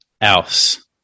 else